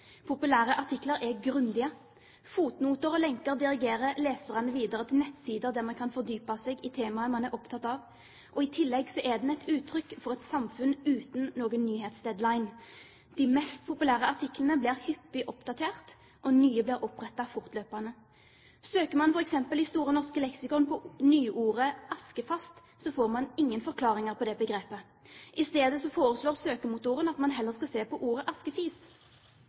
Populære artikler er grundige. Fotnoter og lenker dirigerer leserne videre til nettsider der man kan fordype seg i temaet man er opptatt av. I tillegg er det et uttrykk for et samfunn uten noen nyhetsdeadline. De mest populære artiklene blir hyppig oppdatert, og nye blir opprettet fortløpende. Søker man f.eks. i Store norske leksikon på nyordet «askefast», får man ingen forklaringer på det begrepet. Isteden foreslår søkemotoren at man heller skal se på ordet